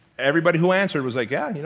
everybody who answered was like, yeah,